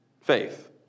Faith